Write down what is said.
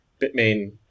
Bitmain